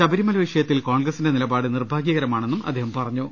ശബരിമല വിഷയത്തിൽ കോൺഗ്രസിന്റെ നിലപാട് ദൌർഭാഗൃകരമാണെന്നും അദ്ദേഹം പറഞ്ഞു